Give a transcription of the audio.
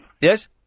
Yes